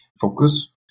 focus